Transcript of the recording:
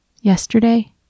Yesterday